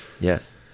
Yes